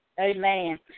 amen